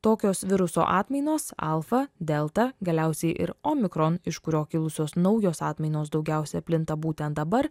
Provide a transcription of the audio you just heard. tokios viruso atmainos alfa delta galiausiai ir omikron iš kurio kilusios naujos atmainos daugiausia plinta būtent dabar